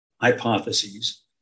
hypotheses